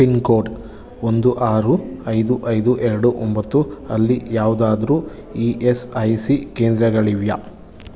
pin code ಒಂದು ಆರು ಐದು ಐದು ಎರಡು ಒಂಬತ್ತು ಅಲ್ಲಿ ಯಾವುದಾದ್ರೂ ಇ ಎಸ್ ಐ ಸಿ ಕೇಂದ್ರಗಳಿವೆಯಾ